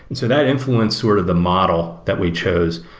and so that influenced sort of the model that we chose.